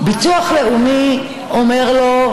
ביטוח לאומי אומר לו: